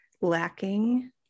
lacking